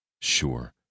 Sure